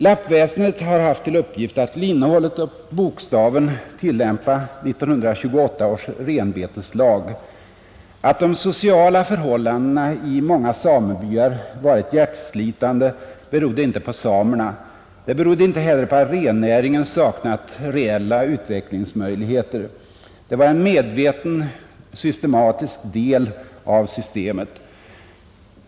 Lappväsendet har haft till uppgift att till innehållet och bokstaven tillämpa 1928 års renbeteslag. Att de sociala förhållandena i många samebyar varit hjärtslitande berodde inte på samerna, Det berodde inte heller på att rennäringen saknat reella utvecklingsmöjligheter. Det var en medveten del av systemet.